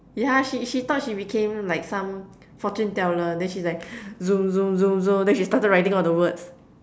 yeah she she thought she became like some Fortune teller then she's like zoom zoom zoom zoom then she started writing all the words